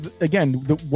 again